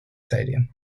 stadium